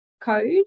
Code